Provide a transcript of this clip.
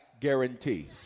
guarantee